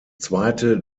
zweite